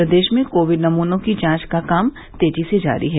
प्रदेश में कोविड नमूनों की जांच का काम तेजी से जारी है